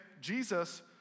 Jesus